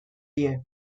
die